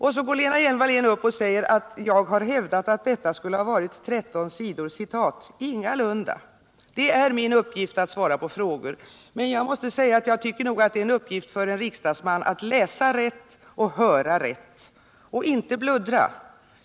Då säger Lena Hjelm-Wallén att jag har hävdat att detta skulle ha varit 13 sidor citat. Ingalunda! Det är min uppgift att svara på frågor. Men jag måste säga att jag tycker att det är en uppgift för en riksdagsman att läsa rätt och höra rätt. Och inte bluddra!